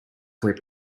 flip